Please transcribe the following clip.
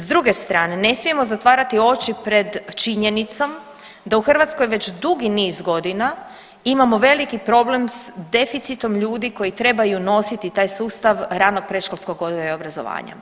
S druge strane ne smijemo zatvarati oči pred činjenicom da u Hrvatskoj već dugi niz godina imamo veliki problem s deficitom ljudi koji trebaju nositi taj sustav ranog predškolskog odgoja i obrazovanja.